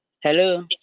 Hello